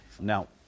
Now